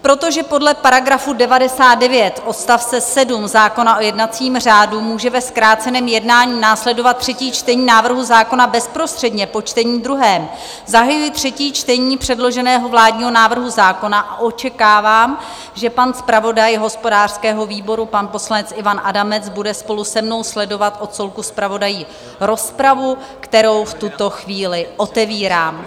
Protože podle § 99 odst. 7 zákona o jednacím řádu může ve zkráceném jednání následovat třetí čtení návrhu zákona bezprostředně po čtení druhém, zahajuji třetí čtení předloženého vládního návrhu zákona a očekávám, že pan zpravodaj hospodářského výboru, pan poslanec Ivan Adamec, bude spolu se mnou sledovat od stolku zpravodajů rozpravu, kterou v tuto chvíli otevírám.